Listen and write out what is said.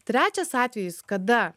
trečias atvejis kada